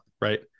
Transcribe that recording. right